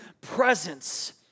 presence